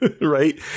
right